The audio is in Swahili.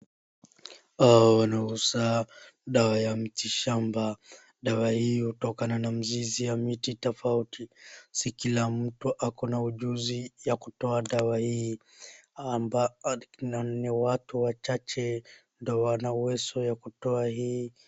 Wanauza dawa ya mti shamba. Dawa hiyo hutokana na mzizi ya miti tofauti. Si kila mtu ako na ujuzi ya kutoa dawa hii. Ambaye ni watu wachache ndio wana uwezo ya kutoa hii.